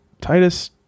Titus